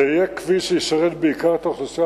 זה יהיה כביש שישרת בעיקר את האוכלוסייה